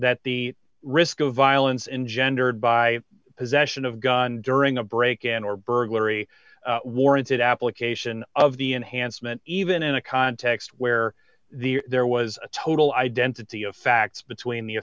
that the risk of violence in gendered by possession of gun during a break in or burglary warranted application of the enhancement even in a context where the there was a total identity of facts between the